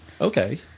Okay